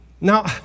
Now